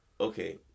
Okay